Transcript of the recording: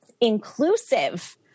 inclusive